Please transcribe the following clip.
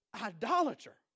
idolater